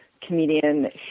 comedian